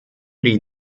die